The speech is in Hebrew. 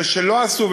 אלה שלא עשו,